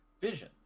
Vision